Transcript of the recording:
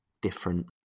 different